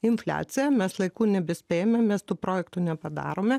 infliacija mes laiku nebespėjame mes tų projektų nepadarome